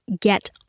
get